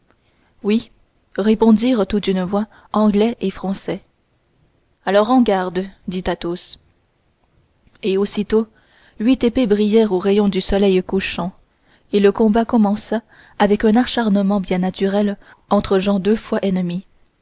oui répondirent tout d'une voix anglais et français alors en garde dit athos et aussitôt huit épées brillèrent aux rayons du soleil couchant et le combat commença avec un acharnement bien naturel entre gens deux fois ennemis